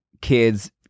kids